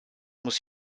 muss